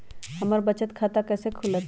हमर बचत खाता कैसे खुलत?